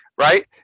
right